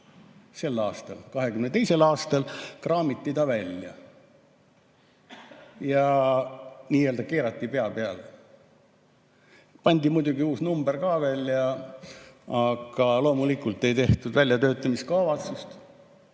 sel aastal, 2022. aastal kraamiti ta välja ja keerati pea peale. Pandi muidugi uus number ka välja, aga loomulikult ei tehtud väljatöötamiskavatsust,